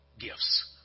gifts